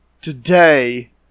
today